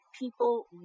people